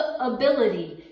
ability